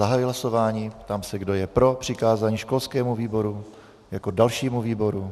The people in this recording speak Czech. Zahajuji hlasování a ptám se, kdo je pro přikázání školskému výboru jako dalšímu výboru.